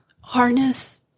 harness